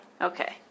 okay